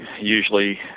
usually